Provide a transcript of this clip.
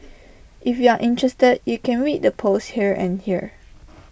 if you're interested you can read the posts here and here